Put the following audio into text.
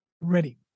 ready